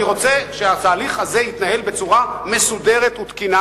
אני רוצה שהתהליך הזה יתנהל בצורה מסודרת ותקינה.